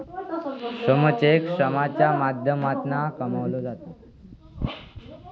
श्रम चेक श्रमाच्या माध्यमातना कमवलो जाता